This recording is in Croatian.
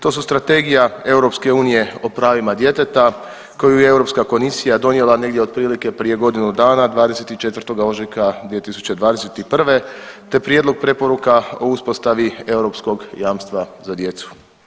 To su Strategija EU o pravima djeteta koju je Europska komisija donijela negdje otprilike prije godinu dana 24. ožujka 2021. te prijedlog preporuka o uspostavi europskog jamstva za djecu.